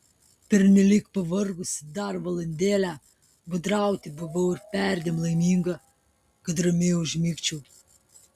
pernelyg pavargusi dar valandėlę būdrauti buvau ir perdėm laiminga kad ramiai užmigčiau